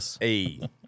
Hey